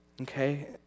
Okay